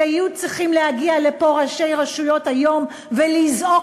שיהיו צריכים להגיע לפה ראשי רשויות היום ולזעוק